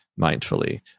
mindfully